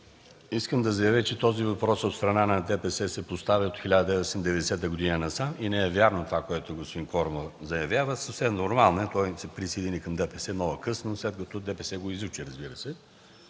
Искам да заявя, че този въпрос от страна на ДПС се поставя от 1990 г. насам. Не е вярно това, което господин Корман Исмаилов заявява. Това е съвсем нормално, той се присъедини към ДПС много късно, след като ДПС го изучи, разбира се.